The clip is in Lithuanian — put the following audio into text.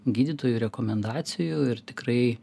gydytojų rekomendacijų ir tikrai